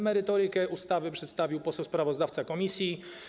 Merytorykę ustawy przedstawił poseł sprawozdawca komisji.